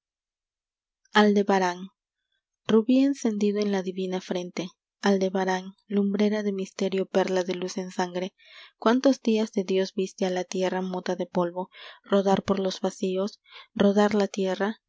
aldebarán íu b í encendido en la divina frente aldebarán lumbrera de misterio perla de luz en sangre cuántos días de dios viste a la tierra mota de polvo rodar por los vacíos rodar la tierra